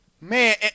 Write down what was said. man